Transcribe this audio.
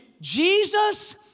Jesus